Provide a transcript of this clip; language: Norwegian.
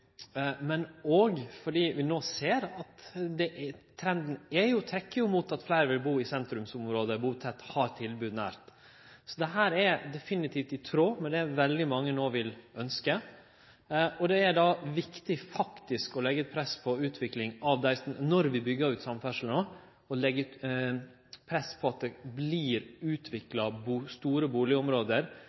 men òg fordi vi no ser at trenden trekkjer mot at fleire vil bu i sentrumsområde der dei bur tett og har tilbod nært. Dette er definitivt i tråd med det veldig mange no vil ønskje. Det er då viktig når vi byggjer ut samferdsla, å leggje press på at det vert utvikla store